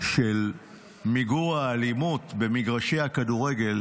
למיגור האלימות במגרשי הכדורגל